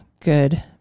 good